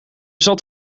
zat